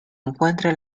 encuentra